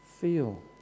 feel